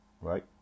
Right